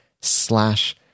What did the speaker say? slash